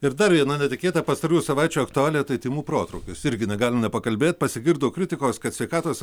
ir dar viena netikėta pastarųjų savaičių aktualija tai tymų protrūkis irgi negalim nepakalbėt pasigirdo kritikos kad sveikatos